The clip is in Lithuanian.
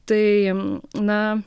tai na